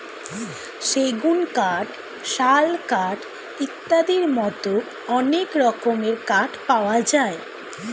সেগুন কাঠ, শাল কাঠ ইত্যাদির মতো অনেক রকমের কাঠ পাওয়া যায়